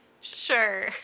Sure